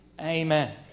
Amen